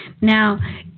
now